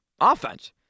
Offense